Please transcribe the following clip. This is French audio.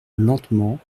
lentement